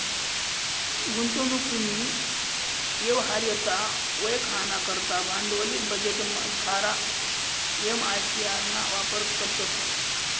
गुंतवणूकनी यवहार्यता वयखाना करता भांडवली बजेटमझार एम.आय.सी.आर ना वापर करतंस